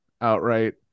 outright